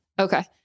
okay